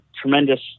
tremendous